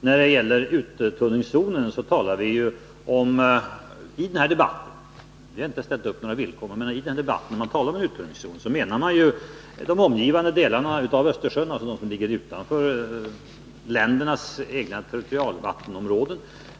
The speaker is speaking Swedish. När det sedan gäller uttunningszonen — vi har inte ställt upp några villkor i det avseendet, utan jag talar här om den debatt där man diskuterar en sådan zon — menar man därmed de omgivande delarna av Östersjön, alltså de delar som ligger utanför de olika ländernas territorialvattenområden.